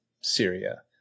Syria